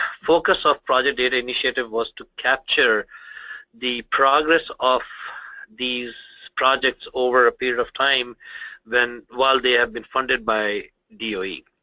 focus of project data initiative was to capture the progress of these projects over a period of time while they have been funded by doe.